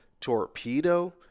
torpedo